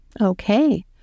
Okay